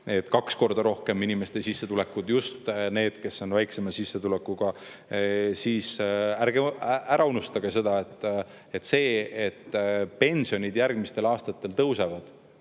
7% – kaks korda rohkem inimeste sissetulekud, just neil, kes on väiksema sissetulekuga. Siis ärge ära unustage, et see, et pensionid järgmistel aastatel tõusevad,